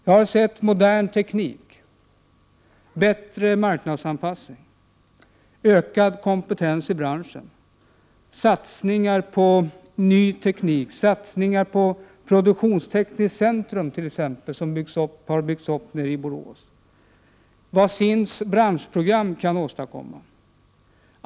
Jag har sett modern teknik, bättre marknadsanpassning, ökad kompetens i branschen, satsningar på ny teknik och på ett produktionstekniskt centrum, som har byggts upp nere i Borås t.ex. Jag har också sett vad SIND:s branschprogram kan åstadkomma.